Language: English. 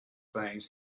things